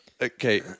Okay